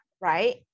right